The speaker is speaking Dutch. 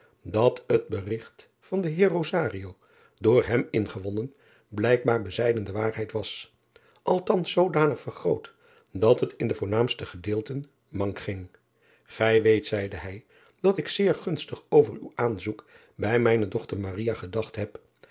dat het berigt van den eer door hem ingewonnen blijkbaar bezijden de waarheid was althans zoodanig vergroot dat het in de voornaamste gedeelten mank ging ij weet zeide hij dat ik zeer gunstig over uw aanzoek bij mijne dochter gedacht heb